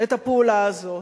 את הפעולה הזאת.